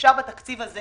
אפשר בתקציב הזה